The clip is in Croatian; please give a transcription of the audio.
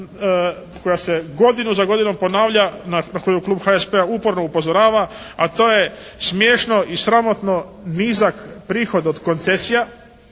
koja se godinu za godinom ponavlja na koju Klub HSP-a uporno upozorava a to je smiješno i sramotno nizak prihod od koncesija.